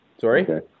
Sorry